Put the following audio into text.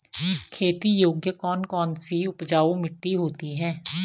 खेती योग्य कौन कौन सी उपजाऊ मिट्टी होती है?